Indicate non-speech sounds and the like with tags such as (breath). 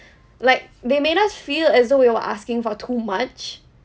(breath) like they made us feel as though we were asking for too much